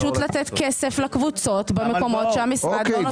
לתת כסף לקבוצות במקומות שהמשרד לא נותן.